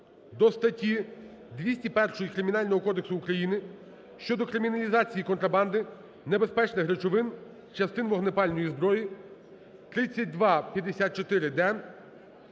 до статті 201 Кримінального кодексу України щодо криміналізації контрабанди небезпечних речовин, частин вогнепальної зброї (3254д)